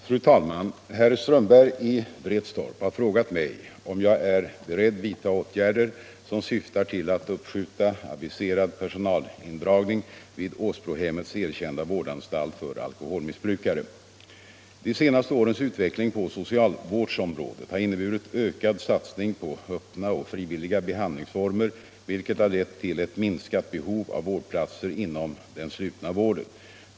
Fru talman! Herr Strömberg i Vretstorp har frågat mig om jag är beredd vidta åtgärder som syftar till att uppskjuta aviserad personalindragning vid Åsbrohemmets erkända vårdanstalt för alkoholmissbrukare. De senaste årens utveckling på socialvårdsområdet har inneburit ökad satsning på öppna och frivilliga behandlingsformer vilket har lett till ett minskat behov av vårdplatser inom den slutna vården.